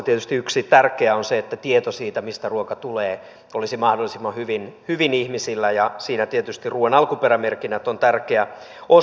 tietysti yksi tärkeä asia on se että tieto siitä mistä ruoka tulee olisi mahdollisimman hyvin ihmisillä ja siinä tietysti ruoan alkuperämerkinnät ovat tärkeä osa